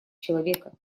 человека